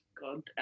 God